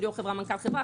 של יו"ר או מנכ"ל חברה.